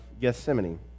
Gethsemane